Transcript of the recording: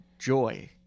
joy